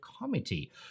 Committee